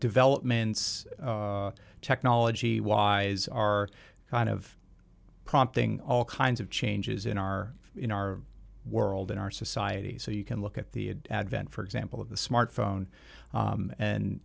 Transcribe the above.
developments technology wise are kind of prompting all kinds of changes in our in our world in our society so you can look at the advent for example of the smart phone and and